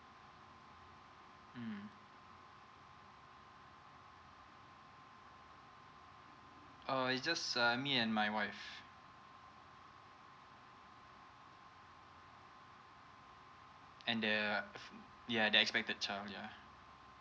mm uh is just um me and my wife and the ya the expected child ya